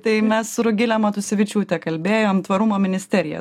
tai mes su rugile matusevičiūte kalbėjom tvarumo ministerija